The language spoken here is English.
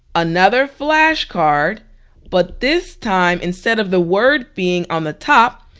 another flashcard but this time instead of the word being on the top,